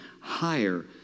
higher